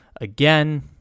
again